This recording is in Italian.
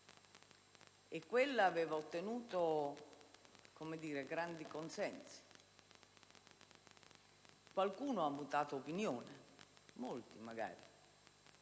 ed aveva ottenuto anche grandi consensi. Qualcuno ha mutato opinione, molti magari,